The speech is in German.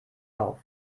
auf